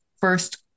first